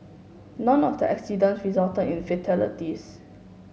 none of the accident resulted in fatalities